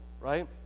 right